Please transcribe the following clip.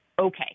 Okay